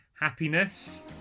Happiness